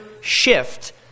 shift